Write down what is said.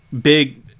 big